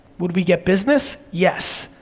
would we get business, yes.